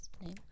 name